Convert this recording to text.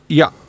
ja